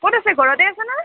ক'ত আছে ঘৰতে আছেনে